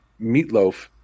Meatloaf